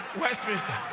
Westminster